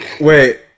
Wait